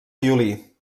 violí